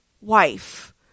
Wife